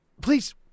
Please